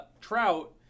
Trout